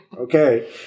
Okay